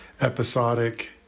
episodic